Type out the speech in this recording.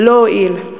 ללא הועיל.